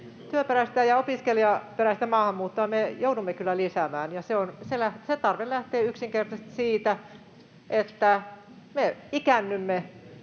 Työperäistä ja opiskelijaperäistä maahanmuuttoa me joudumme kyllä lisäämään, ja se tarve lähtee yksinkertaisesti siitä, että me ikäännymme